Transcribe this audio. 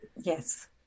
Yes